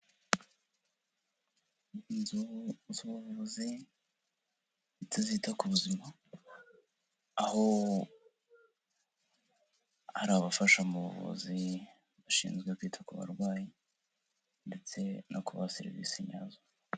Inzu z'ubuvuzi zitazita ku buzima aho hari abafasha mu buvuzi bushinzwe kwita ku barwayi ndetse no kubaha serivisi nyazo.